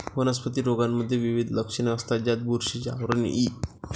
वनस्पती रोगांमध्ये विविध लक्षणे असतात, ज्यात बुरशीचे आवरण इ